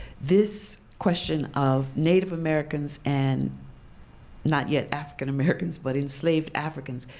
this question of native americans and not yet african americans, but enslaved africans,